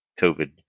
COVID